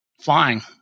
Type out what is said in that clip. flying